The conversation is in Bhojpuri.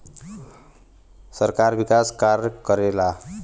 सरकार विकास कार्य करला